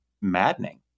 maddening